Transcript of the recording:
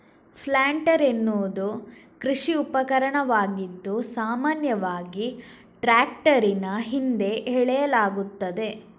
planter ಎನ್ನುವುದು ಕೃಷಿ ಉಪಕರಣವಾಗಿದ್ದು, ಸಾಮಾನ್ಯವಾಗಿ ಟ್ರಾಕ್ಟರಿನ ಹಿಂದೆ ಎಳೆಯಲಾಗುತ್ತದೆ